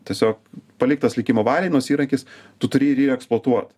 tiesiog paliktas likimo valiai nors įrankis tu turi ir jį eksploatuot